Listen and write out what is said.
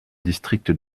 district